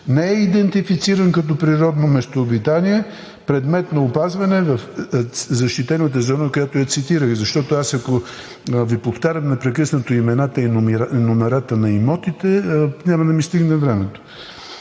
не е идентифициран като природно местообитание, предмет на опазване в защитената зона, която я цитирах. Защото аз, ако Ви повтарям непрекъснато имената и номерата на имотите, няма да ми стигне времето.